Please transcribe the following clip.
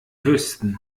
wüssten